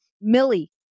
Millie